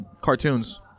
cartoons